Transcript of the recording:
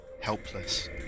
helpless